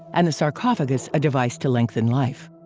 and the sarcophagus a device to lengthen life.